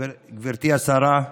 גברתי השרה,